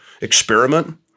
experiment